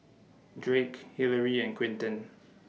Drake Hilary and Quintin